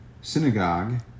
Synagogue